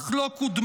אך לא קודמה.